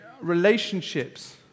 Relationships